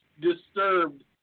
Disturbed